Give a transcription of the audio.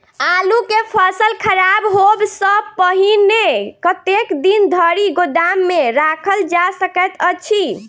आलु केँ फसल खराब होब सऽ पहिने कतेक दिन धरि गोदाम मे राखल जा सकैत अछि?